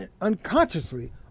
unconsciously